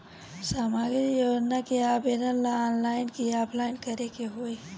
सामाजिक योजना के आवेदन ला ऑनलाइन कि ऑफलाइन करे के होई?